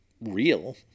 real